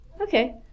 Okay